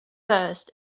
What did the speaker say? first